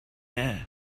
air